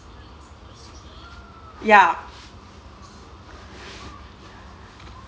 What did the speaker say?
ya